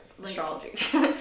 Astrology